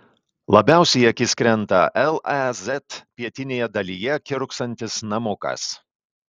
labiausiai į akis krenta lez pietinėje dalyje kiurksantis namukas